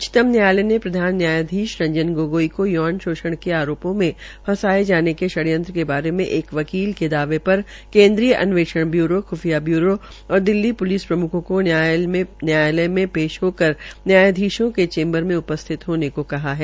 उच्चतम न्यायायल ने प्रधान न्यायाधीश रंजन गोगोई को यौन शोषण के आरोपो मे फंसायें जाने के षडयंत्र के बारे में एक व्यक्ति के दावे पर केन्द्रीय अन्वेषण ब्यूरो ख्फिया ब्यूरो और दिल्ली प्लिस प्रमुखों को न्यायालय में पेश होकर न्यायधीशों के चैम्बर में उपस्थित होने को कहा है